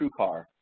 TrueCar